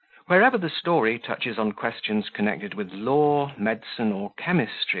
wherever the story touches on questions connected with law, medicine, or chemistry,